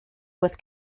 with